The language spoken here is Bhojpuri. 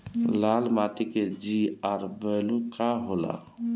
लाल माटी के जीआर बैलू का होला?